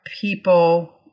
people